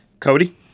Cody